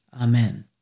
Amen